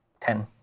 Ten